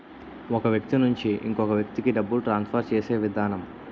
ఒక వ్యక్తి నుంచి ఇంకొక వ్యక్తికి డబ్బులు ట్రాన్స్ఫర్ చేసే విధానం